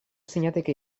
zinateke